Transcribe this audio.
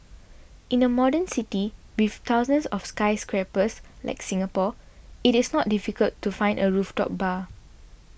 in a modern city with thousands of skyscrapers like Singapore it is not difficult to find a rooftop bar